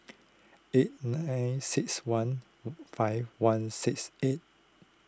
eight nine six one five one six eight